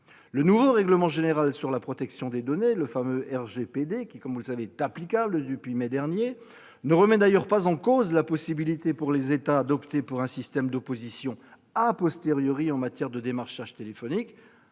Le nouveau règlement général sur la protection des données, le fameux RGPD, applicable depuis mai dernier, ne remet d'ailleurs pas en cause la possibilité pour les États d'opter pour un système d'opposition en matière de démarchage téléphonique.